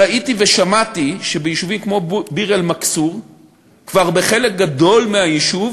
ראיתי ושמעתי שביישובים כמו ביר-אלמכסור כבר בחלק גדול מהיישוב